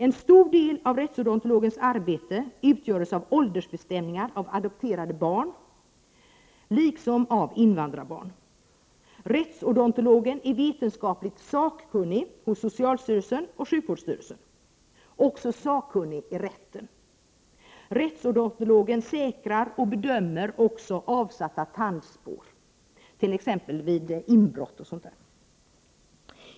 En stor del av rättsodontologens arbete utgörs av åldersbestämningar av adopterade barn liksom av invandrarbarn. Rättsodontologen är vetenskapligt sakkunnig hos socialstyrelsen och sjukvårdsstyrelsen, och även sakkunnig i rätten. Rättsodontologen säkrar och bedömer avsatta tandspår, t.ex. vid inbrott.